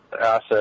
asset